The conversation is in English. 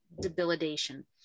debilitation